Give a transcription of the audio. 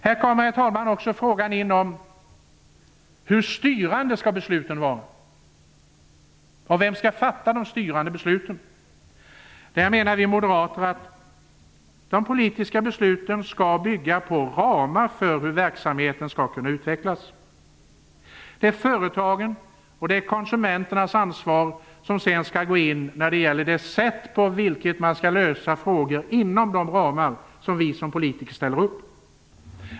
Här kommer frågan in hur styrande besluten skall vara. Vem skall fatta de styrande besluten? Där menar vi moderater att de politiska besluten skall bygga ramar för hur verksamheter skall kunna utvecklas. Det är företagens och konsumenternas ansvar när det gäller det sätt på vilket man skall lösa frågorna inom de ramar som vi politiker ställer upp.